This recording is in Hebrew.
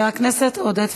הצעות מס'